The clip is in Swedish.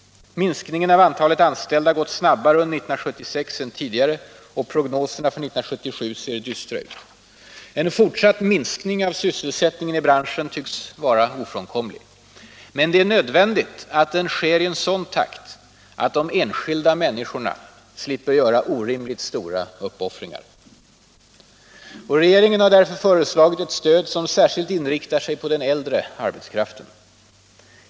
Minskningen av antalet anställda har gått snabbare under 1976 än tidigare. Prognoserna för 1977 ser dystra ut. En fortsatt minskning av sysselsättningen i branschen tycks vara ofrånkomlig. Men det är nödvändigt att den sker i en sådan takt att de enskilda människorna slipper göra orimligt stora uppoffringar. Regeringen har därför föreslagit ett stöd som särskilt inriktar sig på den äldre arbetskraften.